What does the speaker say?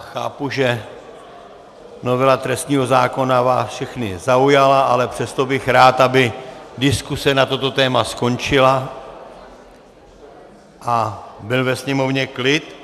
Chápu, že novela trestního zákona vás všechny zaujala, ale přesto bych rád, aby diskuse na toto téma skončila a byl ve sněmovně klid.